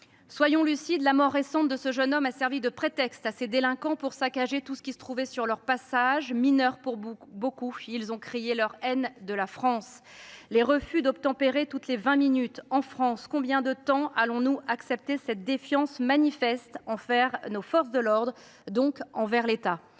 Soyons lucides : la mort récente de ce jeune homme a servi de prétexte à des délinquants pour saccager tout ce qui se trouvait sur leur passage. Mineurs pour beaucoup, ils ont crié leur haine de la France. Les refus d’obtempérer surviennent toutes les vingt minutes en France. Combien de temps allons nous accepter cette défiance manifeste envers nos forces de l’ordre, donc envers l’État ?